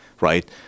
right